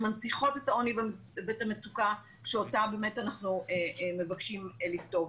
שמנציחות את העוני ואת המצוקה שאותה באמת אנחנו מבקשים לפתור.